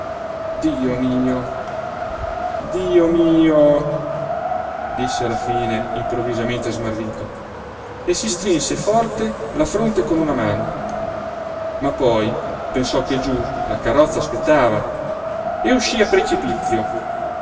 dio mio dio mio disse alla fine improvvisamente smarrito e si strinse forte la fronte con una mano ma poi pensò che giú la carrozza aspettava e uscí a precipizio